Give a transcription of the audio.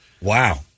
Wow